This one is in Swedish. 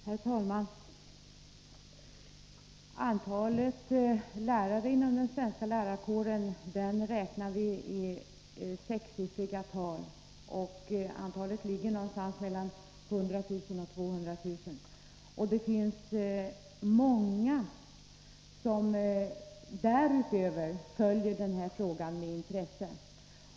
Herr talman! Antalet lärare inom den svenska lärarkåren är ett sexsiffrigt tal, någonstans mellan 100 000 och 200 000. Det finns också många andra som följer frågan med intresse.